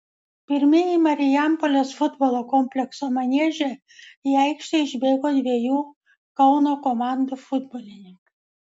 pirmieji marijampolės futbolo komplekso manieže į aikštę išbėgo dviejų kauno komandų futbolininkai